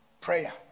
prayer